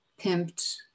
pimped